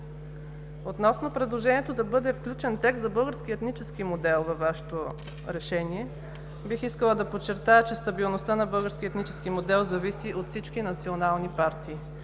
Относно предложението да бъде включен текст за български етнически модел във Вашето решение, бих искала да подчертая, че стабилността на българския етнически модел зависи от всички национални партии.